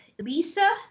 Lisa